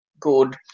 good